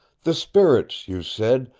the spirits, you said,